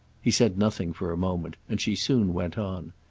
he said nothing for a moment, and she soon went on.